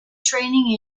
training